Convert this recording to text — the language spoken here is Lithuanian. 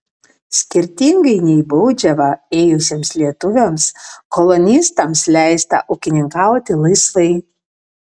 skirtingai nei baudžiavą ėjusiems lietuviams kolonistams leista ūkininkauti laisvai